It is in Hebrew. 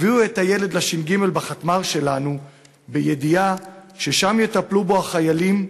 הביאו את הילד לש"ג בחטמ"ר שלנו בידיעה ששם יטפלו בו החיילים שלנו,